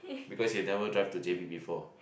because you never drive to J_B before